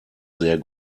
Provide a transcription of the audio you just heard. sehr